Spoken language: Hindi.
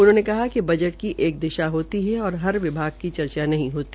उन्होंने कहा कि बजट की एक दिशा होती है हर विभाग की चर्चा नहीं होती